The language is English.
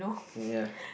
ya